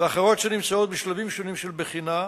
ואחרות שנמצאות בשלבים שונים של בחינה,